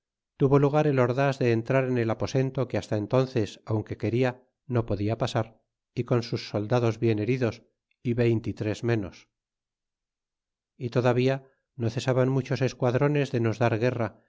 tuvo lugar el ordas de entrar en el aposento que hasta entónces aunque quena no podia pasar y con sus soldados bien heridos y veinte y tres menos y todavía no cesaban muchos esquadrones de nos dar guerra